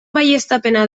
baieztapena